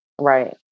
right